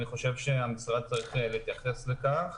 אני חושב שהמשרד צריך להתייחס לזה כך.